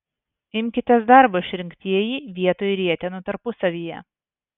imkitės darbo išrinktieji vietoj rietenų tarpusavyje